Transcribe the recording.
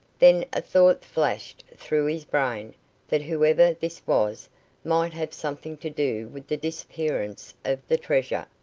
then a thought flashed through his brain that whoever this was might have something to do with the disappearance of the treasure,